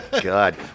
God